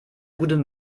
guten